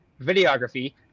videography